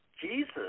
Jesus